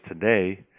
today